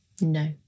No